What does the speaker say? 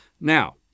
Now